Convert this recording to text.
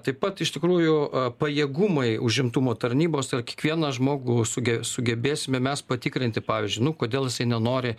taip pat iš tikrųjų pajėgumai užimtumo tarnybos ar kiekvieną žmogų suge sugebėsime mes patikrinti pavyzdžiui nu kodėl jisai nenori